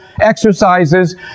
exercises